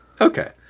Okay